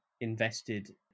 invested